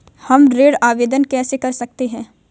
हम ऋण आवेदन कैसे कर सकते हैं?